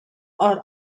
are